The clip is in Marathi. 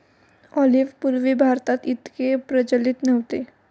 ऑलिव्ह पूर्वी भारतात इतके प्रचलित नव्हते